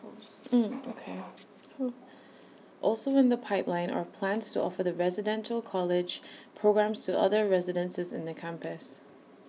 okay also in the pipeline are plans to offer the residential college programmes to other residences in the campus